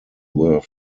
were